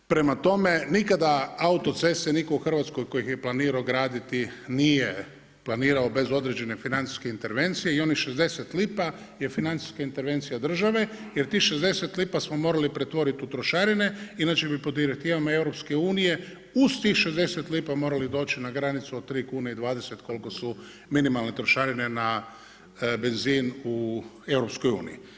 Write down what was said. Prema tome, nikada autoceste, nitko u Hrvatskoj tko ih je planirao graditi nije planirao bez određene financijske intervencije i onih 60 lipa je financijska intervencija od država, jer tih 60 lipa smo morali pretvoriti u trošarine inače bi po direktivama EU, uz tih 60 lipa morali doći na granicu od 3 kune i 20, koliko su minimalne trošarine na benzin u EU.